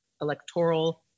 electoral